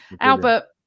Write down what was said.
Albert